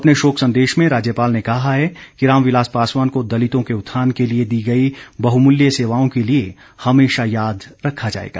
अपने शोक संदेश में राज्यपाल ने कहा है कि रामविलास पासवान को दलितों के उत्थान के लिए दी गई बहुमूल्य सेवाओं के लिए हमेशा याद रखा जाएगा